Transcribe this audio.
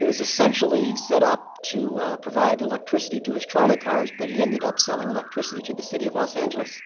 it was essentially set up to provide electricity to his trolley cars but he ended up selling electricity to the city of los angeles